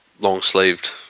long-sleeved